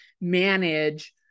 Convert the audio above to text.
manage